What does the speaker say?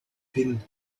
been